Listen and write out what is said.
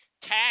tax